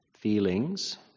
feelings